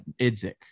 Idzik